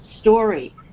story